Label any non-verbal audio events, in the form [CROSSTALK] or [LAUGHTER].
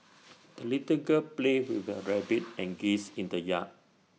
[NOISE] the little girl played with her rabbit and geese in the yard